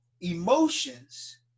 emotions